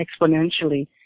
exponentially